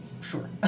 Sure